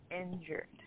injured